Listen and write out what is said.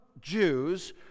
Jews